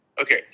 Okay